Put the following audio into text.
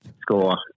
score